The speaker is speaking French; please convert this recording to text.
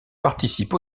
participe